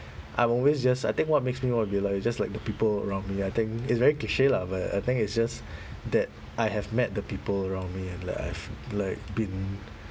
I've always just I think what makes me wanna be alive is just like the people around me I think is very cliche lah but I think it's just that I have met the people around me and like I've like been